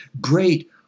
great